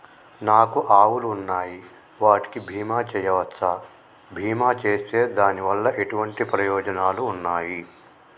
నాకు ఆవులు ఉన్నాయి వాటికి బీమా చెయ్యవచ్చా? బీమా చేస్తే దాని వల్ల ఎటువంటి ప్రయోజనాలు ఉన్నాయి?